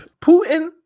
Putin